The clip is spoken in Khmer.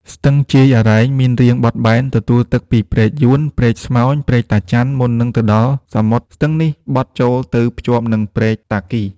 ស្ទឹងជាយអារែង មានរាងបត់បែន ទទួលទឹកពីព្រែកយួន ព្រែកស្មោញ ព្រែកតាចាន់ មុននឹងទៅដល់សមុទ្រ ស្ទឹងនេះបត់ចូលទៅភ្ជាប់នឹងព្រែកតាគី។